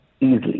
Easily